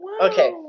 Okay